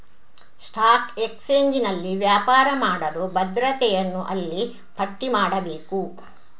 stock ಎಕ್ಸ್ಚೇಂಜಿನಲ್ಲಿ ವ್ಯಾಪಾರ ಮಾಡಲು ಭದ್ರತೆಯನ್ನು ಅಲ್ಲಿ ಪಟ್ಟಿ ಮಾಡಬೇಕು